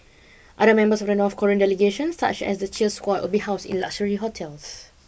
other members of the North Korean delegation such as the cheer squad will be housed in luxury hotels